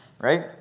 right